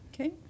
Okay